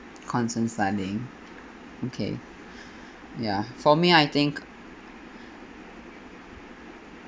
constant studying okay ya for me I think